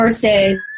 versus